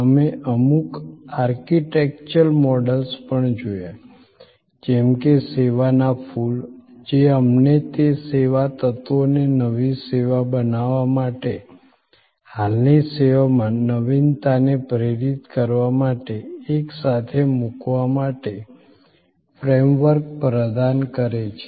અમે અમુક architectural models પણ જોયા જેમ કે સેવાના ફૂલ જે અમને તે સેવા તત્વોને નવી સેવા બનાવવા માટે હાલની સેવામાં નવીનતાને પ્રેરિત કરવા માટે એકસાથે મૂકવા માટે ફ્રેમવર્ક પ્રદાન કરે છે